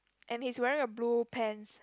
and he is wearing a blue pants